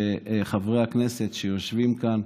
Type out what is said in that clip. חברי הכנסת שיושבים כאן,